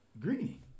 Greeny